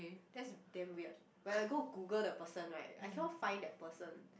that's damn weird when I go Google the person right I cannot find that person